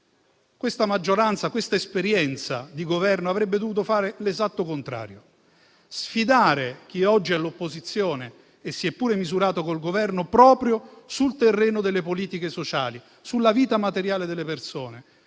Questa maggioranza, in questa esperienza di Governo, avrebbe dovuto fare l'esatto contrario: sfidare chi oggi è all'opposizione e si è anche misurato col Governo proprio sul terreno delle politiche sociali, sulla vita materiale delle persone;